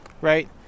right